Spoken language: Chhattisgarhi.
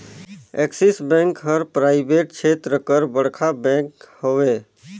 एक्सिस बेंक हर पराइबेट छेत्र कर बड़खा बेंक हवे